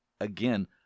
Again